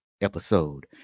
episode